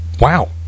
wow